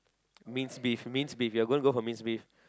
minced beef minced beef we are going to go for minced beef